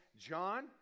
john